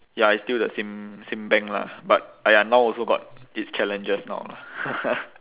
ya it's still the same same bank lah but !aiya! now also got its challenges now lah